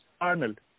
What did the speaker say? Arnold